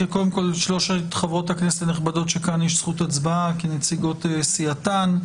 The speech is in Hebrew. לשלושת חברות הכנסת הנכבדות שנוכחות כאן יש זכות הצבעה כנציגות סיעתן.